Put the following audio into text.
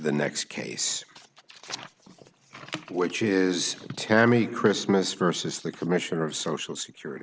the next case which is tammy christmas versus the commissioner of social security